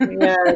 Yes